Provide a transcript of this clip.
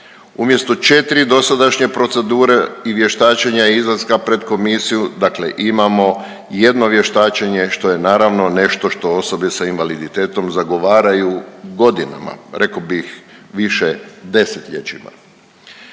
Umjesto 4 dosadašnje procedure i vještačenja i izlaska pred komisiju, dakle imamo jedno vještačenje, što je naravno nešto što osobe sa invaliditetom zagovaraju godinama, rekao bih više 10-ljećima.